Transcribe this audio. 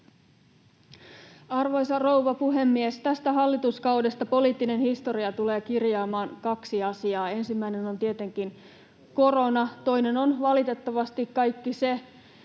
Arvoisa rouva puhemies! Tästä hallituskaudesta poliittinen historia tulee kirjaamaan kaksi asiaa. Ensimmäinen on tietenkin korona. Toinen on valitettavasti kaikki se,